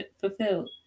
fulfilled